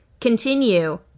continue